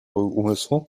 umysłu